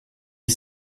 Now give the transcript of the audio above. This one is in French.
est